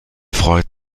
freut